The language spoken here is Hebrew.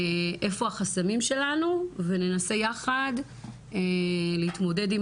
איפה החסמים שלנו וננסה יחד להתמודד עם